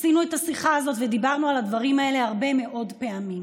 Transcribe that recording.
עשינו את השיחה הזאת ודיברנו על הדברים האלה הרבה מאוד פעמים.